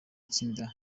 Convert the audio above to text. itsinda